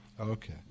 Okay